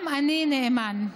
גם אני נאמן.